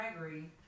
Gregory